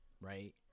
right